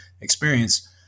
experience